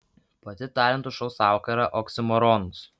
pati talentų šou sąvoka yra oksimoronas